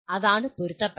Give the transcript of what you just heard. അതാണ് പൊരുത്തപ്പെടൽ